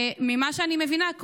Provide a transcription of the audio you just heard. ממה שאני מבינה,